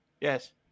Yes